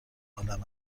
عالم